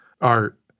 art